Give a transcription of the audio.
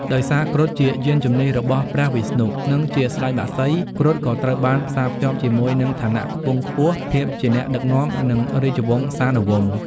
ដោយសារគ្រុឌជាយានជំនិះរបស់ព្រះវិស្ណុ និងជាស្តេចបក្សី គ្រុឌក៏ត្រូវបានផ្សារភ្ជាប់ជាមួយនឹង ឋានៈខ្ពង់ខ្ពស់ ភាពជាអ្នកដឹកនាំ និង រាជវង្សានុវង្ស។